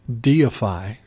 deify